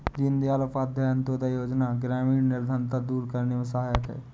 दीनदयाल उपाध्याय अंतोदय योजना ग्रामीण निर्धनता दूर करने में सहायक है